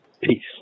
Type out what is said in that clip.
Peace